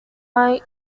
hay